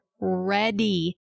ready